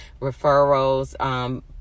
referrals